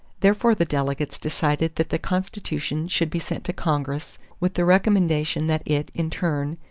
therefore the delegates decided that the constitution should be sent to congress with the recommendation that it, in turn,